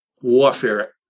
warfare